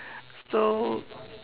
so